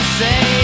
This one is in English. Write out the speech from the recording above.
say